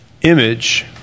Image